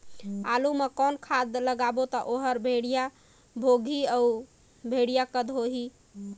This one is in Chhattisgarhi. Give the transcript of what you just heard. आलू मा कौन खाद लगाबो ता ओहार बेडिया भोगही अउ बेडिया कन्द होही?